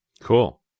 Cool